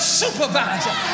supervisor